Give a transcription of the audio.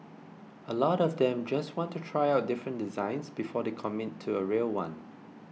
a lot of them just want to try out different designs before they commit to a real one